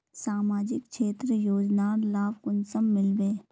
सामाजिक क्षेत्र योजनार लाभ कुंसम मिलबे?